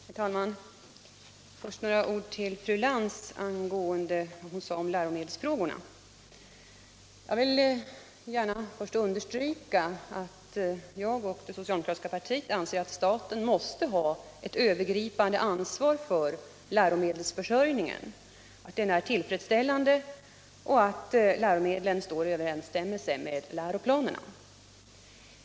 Herr talman! Först några ord angående läromedelsfrågorna. Jag vill gärna understryka, fru Lantz, att jag och det socialdemokratiska partiet anser att staten måste ha ett övergripande ansvar för att läromedelsförsörjningen är tillfredsställande och att läromedlen står i överensstämmelse med läroplanen.